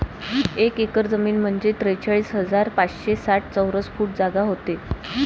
एक एकर जमीन म्हंजे त्रेचाळीस हजार पाचशे साठ चौरस फूट जागा व्हते